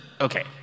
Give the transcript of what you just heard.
Okay